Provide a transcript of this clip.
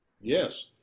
Yes